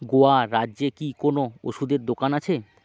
গোয়া রাজ্যে কি কোনো ওষুধের দোকান আছে